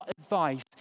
advice